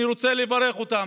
אני רוצה לברך אותם,